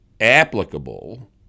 applicable –